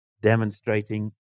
demonstrating